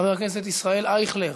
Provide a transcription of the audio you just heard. חבר הכנסת ישראל אייכלר,